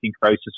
crisis